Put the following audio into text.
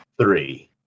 Three